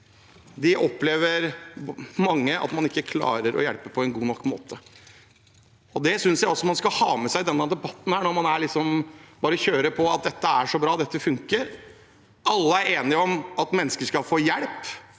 opplever at de ikke klarer å hjelpe på en god nok måte. Det synes jeg også man skal ha med seg i denne debatten, når man liksom bare kjører på med at dette er så bra, dette funker. Alle er enige om at mennesker skal få hjelp,